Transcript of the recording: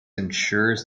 ensures